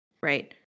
right